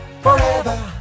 forever